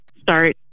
start